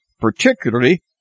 particularly